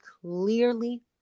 clearly